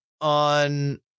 on